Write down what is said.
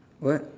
what